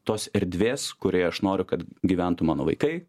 tos erdvės kurioj aš noriu kad gyventų mano vaikai